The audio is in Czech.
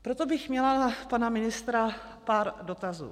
Proto bych měla na pana ministra pár dotazů.